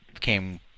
came